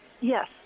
Yes